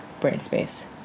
Brainspace